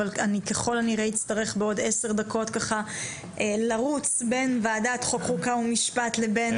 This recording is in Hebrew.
ככל הנראה אני אצטרך בעוד עשר דקות לרוץ בין ועדת חוק חוקה ומשפט לבין